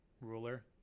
ruler